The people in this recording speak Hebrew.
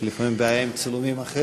יש לי לפעמים בעיה עם צילומים אחרים.